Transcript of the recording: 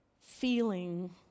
feeling